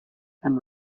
and